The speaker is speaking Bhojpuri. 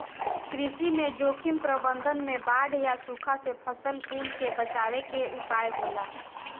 कृषि में जोखिम प्रबंधन में बाढ़ या सुखा से फसल कुल के बचावे के उपाय होला